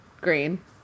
Green